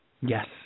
Yes